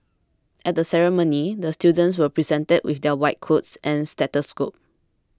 at the ceremony the students were presented with their white coats and stethoscopes